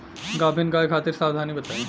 गाभिन गाय खातिर सावधानी बताई?